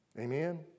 Amen